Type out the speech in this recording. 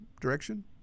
direction